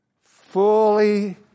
fully